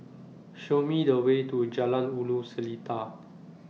Show Me The Way to Jalan Ulu Seletar